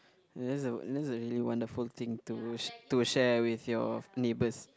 that's a that's a really wonderful thing to to share with your neighbors